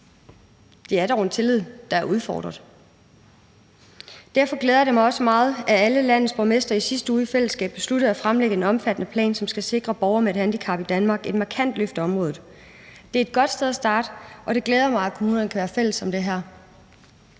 Det er dog en tillid, der er udfordret. Derfor glæder det mig også meget, at alle landets borgmestre i sidste uge i fællesskab besluttede at fremlægge en omfattende plan, som skal sikre borgere med et handicap i Danmark et markant løft af området. Det er et godt sted at starte, og det glæder mig, at kommunerne kan være fælles om det her.